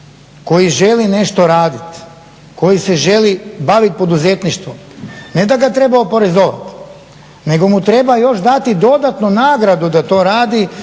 koji želi nešto raditi, koji se želi baviti poduzetništvom, ne da ga treba oporezovat, nego mu treba još dati dodatnu nagradu da to radi